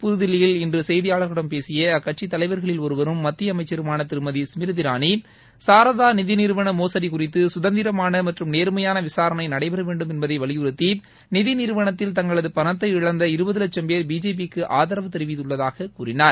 புதுதில்லியில் இன்று செய்தியாளர்களிடம் பேசிய அக்கட்சித் தலைவர்களில் ஒருவரும் மத்திய அமைச்சருமான திருமதி ஸ்மிருதி இரானி சாரதா நிதி நிறுவன மோசடி குறித்து சுதந்திரமான மற்றும் நேர்மையான விசாரணை நடைபெற வேண்டும் என்பதை வலியுறுத்தி நிதி நிறுவனத்தில் தங்களது பணத்தை இழந்த இருபது லட்சும் பேர் பிஜேபி க்கு ஆதரவு தெரிவித்துள்ளதாக கூறினார்